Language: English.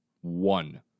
One